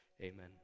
amen